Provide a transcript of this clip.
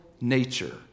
nature